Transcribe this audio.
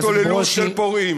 ומהשתוללות של פורעים.